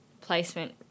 placement